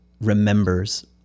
remembers